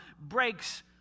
breaks